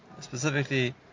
specifically